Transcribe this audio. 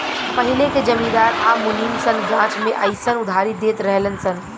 पहिले के जमींदार आ मुनीम सन गाछ मे अयीसन उधारी देत रहलन सन